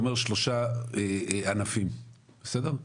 הייתי אומר שעלו פה בעצם שלושה ענפים, בסדר?